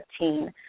2015